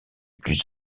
plus